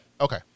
Okay